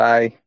Bye